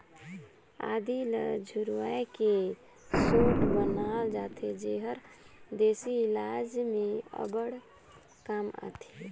आदी ल झुरवाए के सोंठ बनाल जाथे जेहर देसी इलाज में अब्बड़ काम आथे